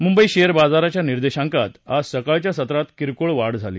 Mumbai share बाजाराच्या निर्देशांकात आज सकाळच्या सत्रात किरकोळ वाढ झाली